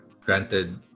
granted